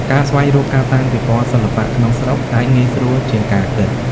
ការស្វែងរកការតាំងពិពណ៌សិល្បៈក្នុងស្រុកអាចងាយស្រួលជាងការគិត។